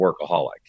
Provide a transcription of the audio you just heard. workaholic